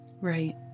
Right